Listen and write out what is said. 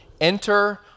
Enter